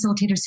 facilitators